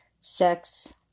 Sex